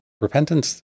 repentance